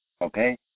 Okay